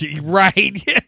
Right